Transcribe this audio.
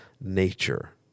nature